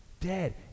Dead